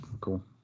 Cool